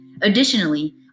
Additionally